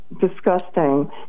disgusting